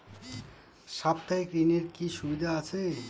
সাপ্তাহিক ঋণের কি সুবিধা আছে?